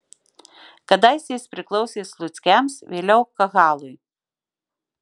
kadaise jis priklausė sluckiams vėliau kahalui